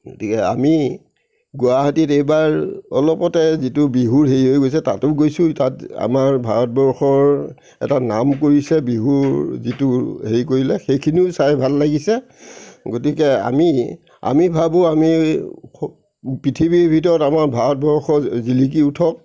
গতিকে আমি গুৱাহাটীত এইবাৰ অলপতে যিটো বিহুৰ হেৰি হৈ গৈছে তাতো গৈছোঁ তাত আমাৰ ভাৰতবৰ্ষৰ এটা নাম কৰিছে বিহুৰ যিটো হেৰি কৰিলে সেইখিনিও চাই ভাল লাগিছে গতিকে আমি আমি ভাবো আমি পৃথিৱীৰ ভিতৰত আমাৰ ভাৰতবৰ্ষ জিলিকি উঠক